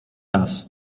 raz